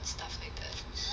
and stuff like that